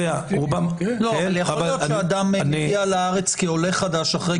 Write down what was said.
יכול להיות שאדם מגיע לארץ כעולה חדש אחרי